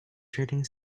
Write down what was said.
trading